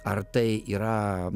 ar tai yra